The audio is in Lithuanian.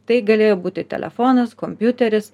tai galėjo būti telefonas kompiuteris